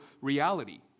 reality